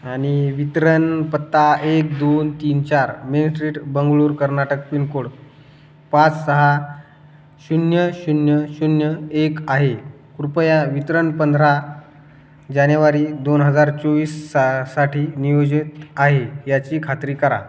आणि वितरण पत्ता एक दोन तीन चार main street Bengaluru Karnataka pin code पाच सहा शून्य शून्य शून्य एक आहे कृपया वितरण पंधरा जानेवारी दोन हजार चोवीससाठी नियोजित आहे याची खात्री करा